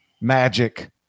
Magic